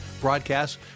broadcast